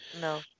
No